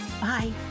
Bye